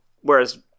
Whereas